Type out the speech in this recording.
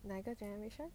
哪个 generation